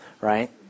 right